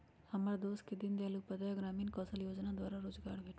हमर दोस के दीनदयाल उपाध्याय ग्रामीण कौशल जोजना द्वारा रोजगार भेटल